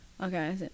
Okay